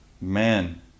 Man